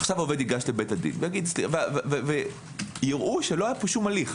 עובד ייגש לבית דין ויראו שלא היה פה הליך.